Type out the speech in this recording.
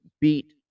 beat